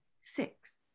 six